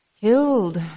killed